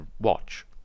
watch